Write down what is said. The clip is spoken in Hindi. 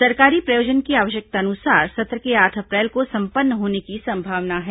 सरकारी प्रयोजन की आवश्यकतानुसार सत्र के आठ अप्रैल को संपन्न होने की संभावना है